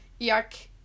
yuck